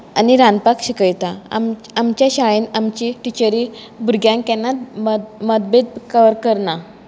आनी रांदपाक शिकयता आमचे शाळेंत आमची टिचरी भुरग्यांक केन्ना मतभेद करना